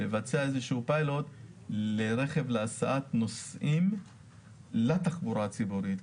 לבצע פיילוט לרכב להסעת נוסעים לתחבורה הציבורית.